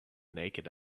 naked